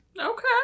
Okay